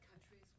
countries